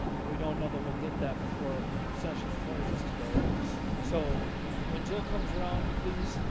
and we don't know that we'll get that before session closes today so when jill comes around please?